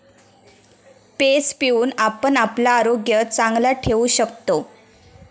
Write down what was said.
page पिऊन आपण आपला आरोग्य चांगला ठेवू शकतव